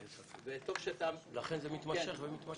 אין ספק, לכן זה מתמשך ומתמשך.